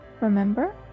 remember